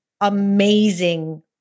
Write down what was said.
amazing